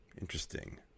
Interesting